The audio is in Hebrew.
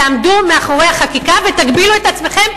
תעמדו מאחורי החקיקה ותגבילו את עצמכם,